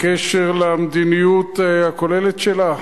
בהקשר של המדיניות הכוללת שלה?